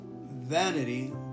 vanity